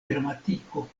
gramatiko